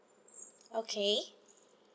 okay